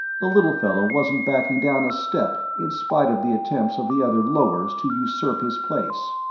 the little fellow wasn't backing down a step in spite of the attempts of the other lowers to usurp his place.